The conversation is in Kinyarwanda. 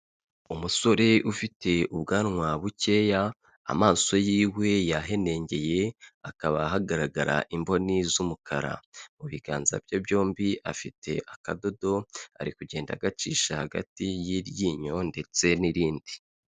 Umusore ufite ubwanwa bukeya amaso yiwe yahenengeye hakaba hagaragara imboni z'umukara mu biganza bye byombi afite akadodo ari kugenda agacisha hagati y'iryinyo ndetse n'irindi.